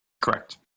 Correct